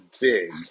big